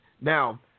Now